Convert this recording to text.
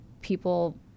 people